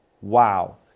Wow